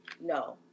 no